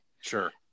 Sure